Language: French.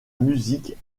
musique